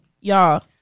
y'all